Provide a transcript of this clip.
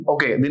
Okay